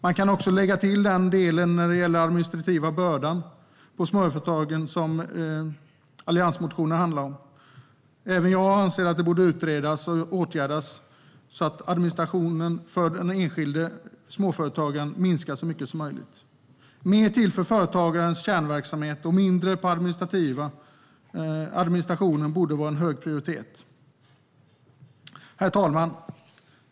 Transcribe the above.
Man kan också lägga till den administrativa bördan på småföretagen som alliansmotionerna handlar om. Även jag anser att det borde utredas och åtgärdas så att administrationen för den enskilde småföretagaren minskar så mycket som möjligt. Det borde vara en hög prioritet att mer tid kan ägnas till företagarens kärnverksamhet och mindre till administrationen. Herr talman!